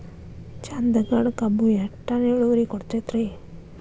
ಚಂದಗಡ ಕಬ್ಬು ಎಷ್ಟ ಟನ್ ಇಳುವರಿ ಕೊಡತೇತ್ರಿ?